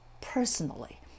personally